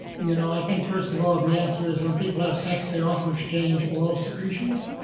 you know, i think first of all the answer is when people have sex they often exchange oral secretions,